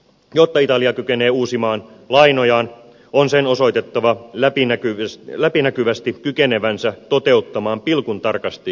jotta italia kykenee uusimaan lainojaan on sen osoitettava läpinäkyvästi kykenevänsä toteuttamaan pilkuntarkasti sopeutumisohjelmansa